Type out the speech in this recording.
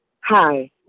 Hi